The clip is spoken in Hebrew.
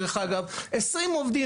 20 עובדים,